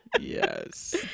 Yes